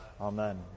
amen